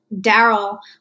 Daryl